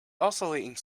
oscillating